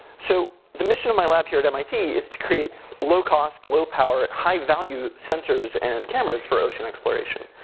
so the mission of my lab here at mit is to create low-cost, low power, high value sensors and cameras for ocean exploration.